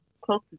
close